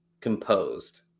composed